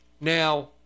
now